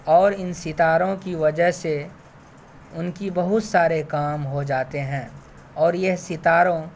اور ان ستاروں کی وجہ سے ان کے بہت سارے کام ہو جاتے ہیں اور یہ ستاروں